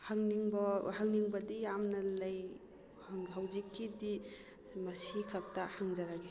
ꯍꯪꯅꯤꯡꯕꯗꯤ ꯌꯥꯝꯅ ꯂꯩ ꯍꯧꯖꯤꯛꯀꯤꯗꯤ ꯃꯁꯤꯈꯛꯇ ꯍꯪꯖꯔꯒꯦ